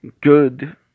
good